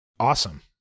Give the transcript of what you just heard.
Awesome